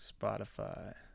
Spotify